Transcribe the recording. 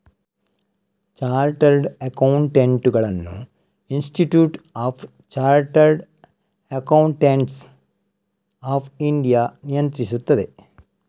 chartered ಅಕೌಂಟೆಂಟುಗಳನ್ನು institute of chartered accountants of India ನಿಯಂತ್ರಿಸುತ್ತದೆ